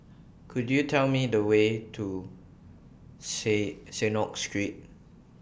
Could YOU Tell Me The Way to See Synagogue Street